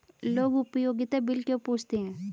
लोग उपयोगिता बिल क्यों पूछते हैं?